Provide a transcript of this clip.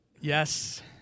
Yes